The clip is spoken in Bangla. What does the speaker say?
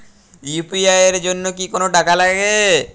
ইউ.পি.আই এর জন্য কি কোনো টাকা লাগে?